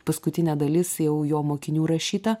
paskutinė dalis jau jo mokinių rašyta